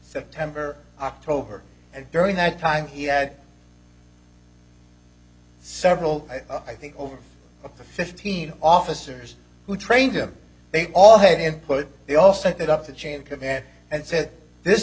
september october and during that time he had several i think over fifteen officers who trained him they all had input they all set up the chain of command and said this